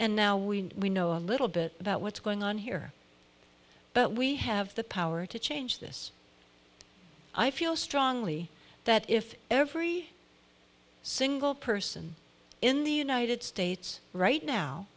and now we we know a little bit about what's going on here but we have the power to change this i feel strongly that if every single person in the united states right now